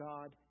God